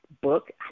book